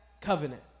covenant